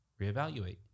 reevaluate